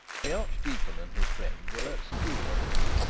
the archdeacon and his friend were at st ewold's.